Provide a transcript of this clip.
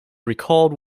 recalled